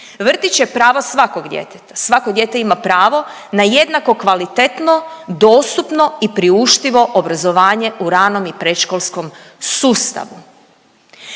vrtić je pravo svakog djeteta, svako dijete ima pravo na jednako kvalitetno dostupno i priuštivo obrazovanje u ranom i predškolskom sustavu.